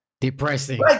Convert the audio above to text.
Depressing